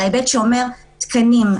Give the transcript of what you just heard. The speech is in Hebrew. להיבט שאומר תקנים,